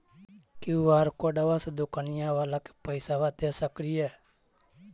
QR कोडबा से दुकनिया बाला के पैसा दे सक्रिय?